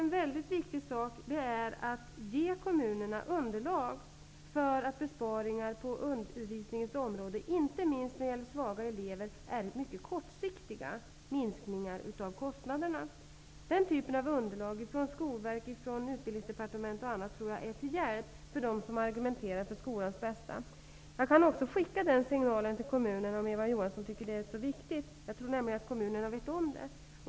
En mycket viktig sak är att ge kommunerna underlag för att besparingar på undervisningens område, inte minst när det gäller svaga elever, är mycket kortsiktiga minskningar av kostnaderna. Den typen av underlag från Skolverket, Utbildningsdepartementet osv. tror jag är till hjälp för dem som argumenterar för skolans bästa. Jag kan också skicka den signalen till kommunerna om Eva Johansson tycker att det är viktigt, men jag tror att kommunerna vet om det.